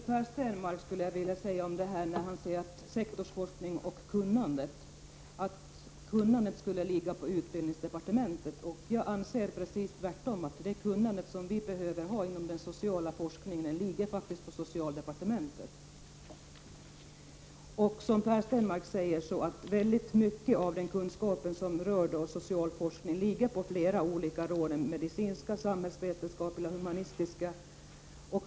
Herr talman! Per Stenmarck säger att sektorsforskningen och kunnandet skulle ligga på utbildningsdepartementet. Jag anser precis tvärtom, att det kunnande som vi behöver ha inom den sociala forskningen faktiskt finns hos socialdepartementet. Per Stenmarck säger också att mycket av den kunskap som rör social forskning finns hos flera olika råd — det medicinska, samhällsvetenskapliga och humanistiska.